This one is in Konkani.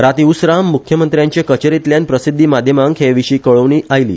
रातीं उसरां मुख्यमंत्र्यांचे कचेरेतल्यान प्रसिध्दी माध्यमाक हे विशी कळोवणी आयली